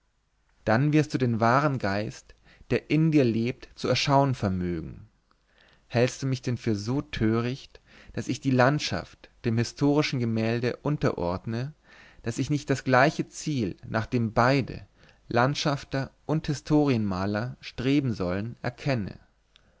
dann wirst du den wahren geist der in dir lebt zu erschauen vermögen hältst du mich denn für so töricht daß ich die landschaft dem historischen gemälde unterordne daß ich nicht das gleiche ziel nach dem beide landschafter und historienmaler streben sollen erkenne